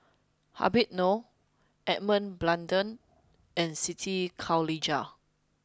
Habib Noh Edmund Blundell and Siti Khalijah